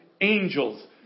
angels